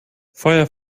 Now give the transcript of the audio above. feuer